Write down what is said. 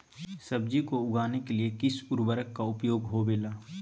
सब्जी को उगाने के लिए किस उर्वरक का उपयोग होबेला?